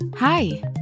Hi